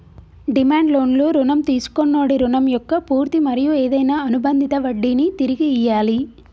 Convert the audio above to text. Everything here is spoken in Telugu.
డిమాండ్ లోన్లు రుణం తీసుకొన్నోడి రుణం మొక్క పూర్తి మరియు ఏదైనా అనుబందిత వడ్డినీ తిరిగి ఇయ్యాలి